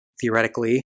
theoretically